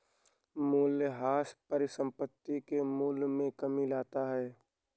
मूलयह्रास परिसंपत्ति के मूल्य में कमी लाता है